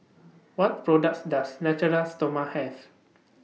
What products Does Natura Stoma Have